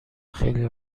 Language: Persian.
خیلی